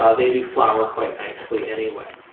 ah they do flower quite nicely anyway,